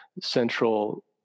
central